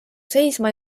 seisma